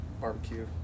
barbecue